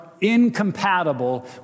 incompatible